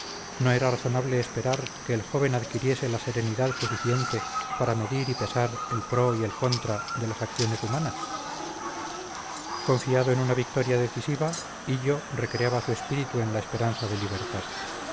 no era razonable esperar que el joven adquiriese la serenidad suficiente para medir y pesar el pro y el contra de las acciones humanas confiado en una victoria decisiva hillo recreaba su espíritu en la esperanza de libertad